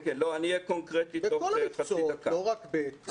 בכל המקצועות, לא רק.